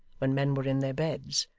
when men were in their beds,